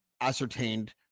ascertained